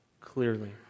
clearly